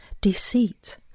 deceit